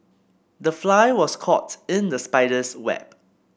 the fly was caught in the spider's web